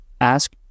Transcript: ask